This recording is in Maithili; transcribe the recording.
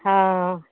हँ